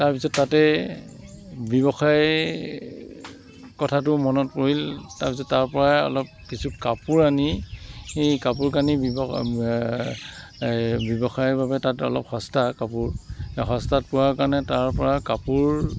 তাৰপিছত তাতে ব্যৱসায় কথাটো মনত পৰিল তাৰপিছত তাৰপৰা অলপ কিছু কাপোৰ আনি সেই কাপোৰ কানি এই ব্যৱসায় বাবে তাত অলপ সস্তা কাপোৰ সস্তাত পোৱা কাৰণে তাৰপৰা কাপোৰ